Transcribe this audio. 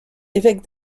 évêque